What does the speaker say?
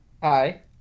Hi